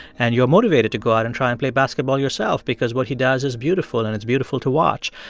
and you are motivated to go out and try and play basketball yourself because what he does is beautiful, and it's beautiful to watch.